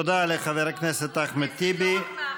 תודה לחבר הכנסת אחמד טיבי.